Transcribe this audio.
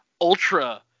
ultra